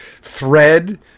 thread